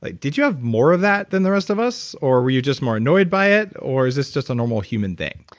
like did you have more of that than the rest of us or were you just more annoyed by it, or is this just a normal human thing?